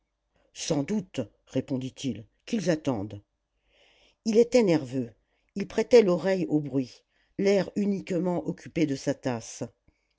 sans doute répondit-il qu'ils attendent il était nerveux il prêtait l'oreille aux bruits l'air uniquement occupé de sa tasse